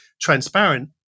transparent